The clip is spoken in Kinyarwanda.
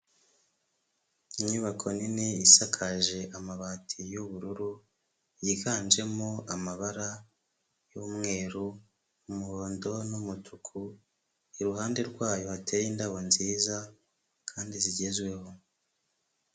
Inyubako nini isakaje amabati y'ubururu, yiganjemo amabara y'umweru, umuhondo n'umutuku iruhande rwayo hateye indabo nziza kandi zigezweho.